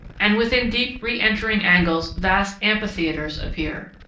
and within deep re-entering angles vast amphitheaters appear.